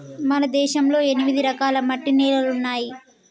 మన దేశంలో ఎనిమిది రకాల మట్టి నేలలున్నాయి